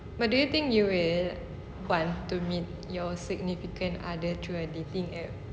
but do you think you will bond to meet your significant other through a dating apps